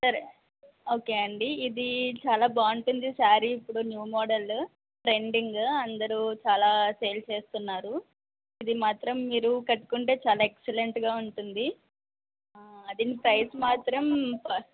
సరే ఓకే అండి ఇది చాలా బాగుంటుంది శారీ ఇప్పుడు న్యూ మోడలు ట్రెండింగ్ అందరూ చాలా సేల్ చేస్తున్నారు ఇది మాత్రం మీరు కట్టుకుంటే చాలా ఎక్స్లెంట్గా ఉంటుంది అది ప్రైజ్ మాత్రం